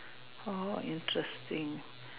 all interesting